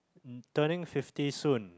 turning fifty soon